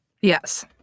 Yes